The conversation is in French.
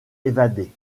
évader